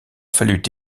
fallut